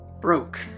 broke